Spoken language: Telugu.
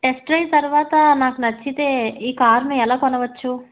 టెస్ట్ డ్రైవ్ తర్వాత నాకు నచ్చితే ఈ కార్ని ఎలా కొనవచ్చు